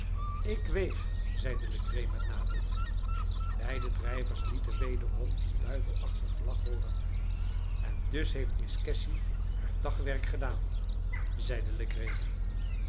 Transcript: ik weeg zeide legree met nadruk beide drijvers lieten wederom hun duivelachtig gelach hooren en dus heeft miss cassy haar dagwerk gedaan zeide legree